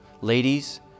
Ladies